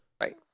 Right